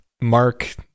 Mark